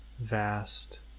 vast